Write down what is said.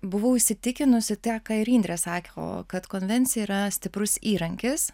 buvau įsitikinusi tą ką ir indrė sako kad konvencija yra stiprus įrankis